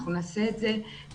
אנחנו נעשה את זה שלב-שלב.